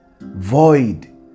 void